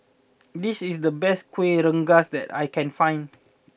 this is the best Kuih Rengas that I can find